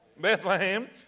Bethlehem